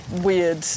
weird